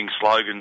slogans